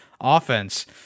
offense